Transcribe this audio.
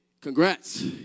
congrats